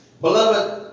Beloved